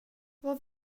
vad